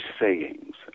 sayings